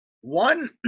one